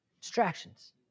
Distractions